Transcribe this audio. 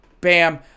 Bam